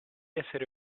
essere